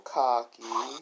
cocky